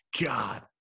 God